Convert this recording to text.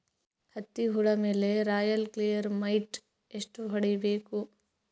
ಹತ್ತಿ ಹುಳ ಮೇಲೆ ರಾಯಲ್ ಕ್ಲಿಯರ್ ಮೈಟ್ ಎಷ್ಟ ಹೊಡಿಬೇಕು?